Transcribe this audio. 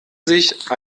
sich